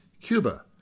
Cuba